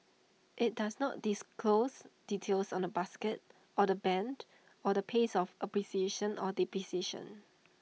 IT does not disclose details on the basket or the Band or the pace of appreciation or depreciation